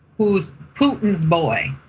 who's putin's boy?